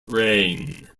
reign